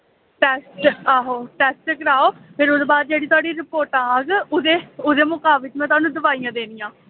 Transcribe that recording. taste आहो test कराओ ते फिर ओह्दे बाद जेह्ड़ी थुआढ़ी रपोटां आह्ग ओह्दे मुताबक में थाह्नूं दोआइयां देनियां